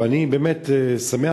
אני שמח,